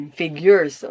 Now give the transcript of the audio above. figures